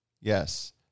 yes